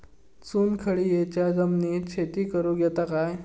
चुनखडीयेच्या जमिनीत शेती करुक येता काय?